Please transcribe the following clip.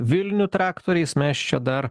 vilnių traktoriais mes čia dar